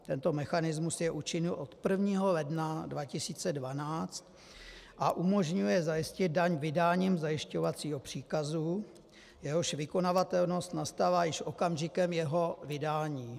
Tento mechanismus je účinný od 1. ledna 2012 a umožňuje zajistit daň vydáním zajišťovacího příkazu, jehož vykonavatelnost nastává již okamžikem jeho vydání.